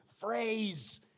phrase